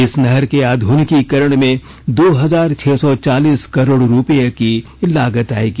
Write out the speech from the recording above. इस नहर के आध्निकीकरण में दो हजार छह सौ चालीस करोड़ रूपए की लागत आएगी